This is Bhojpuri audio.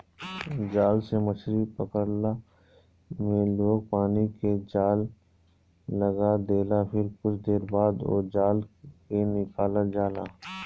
जाल से मछरी पकड़ला में लोग पानी में जाल लगा देला फिर कुछ देर बाद ओ जाल के निकालल जाला